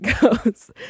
goes